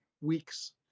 weeks